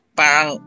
parang